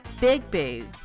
bigboo